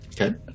Okay